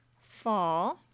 fall